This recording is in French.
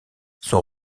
son